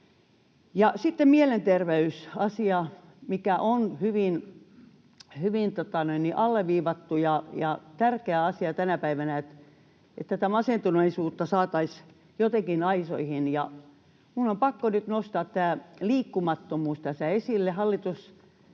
Sitten mielenterveysasia, mikä on hyvin alleviivattu ja tärkeä asia tänä päivänä, se, että tätä masentuneisuutta saataisiin jotenkin aisoihin. Minun on pakko nyt nostaa liikkumattomuus tässä esille.